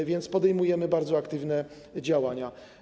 A więc podejmujemy bardzo aktywne działania.